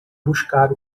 buscar